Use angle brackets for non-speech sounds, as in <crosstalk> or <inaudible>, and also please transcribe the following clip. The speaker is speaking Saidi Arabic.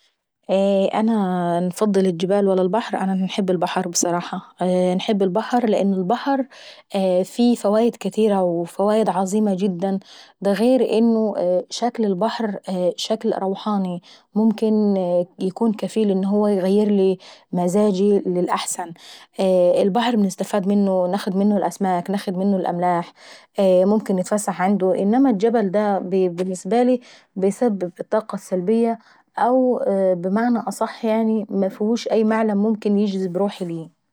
<hesitation> انا نفضل الجبال ولا البحر؟ انا نحب البحر ابصراحة. انحب البحر لان البحر فيه فوايد كاتيرة عظيمة جدا. دا غير انه شكل البحر شكل روحاني ممكن يكون كفيل انه هو ايغيرلي مزاجي للاحسن،